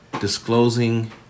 disclosing